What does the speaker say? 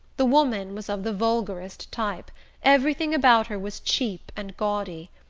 the woman was of the vulgarest type everything about her was cheap and gaudy.